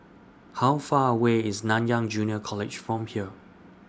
How Far away IS Nanyang Junior College from here